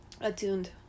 attuned